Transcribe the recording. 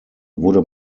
wurde